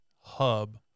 hub